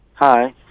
Hi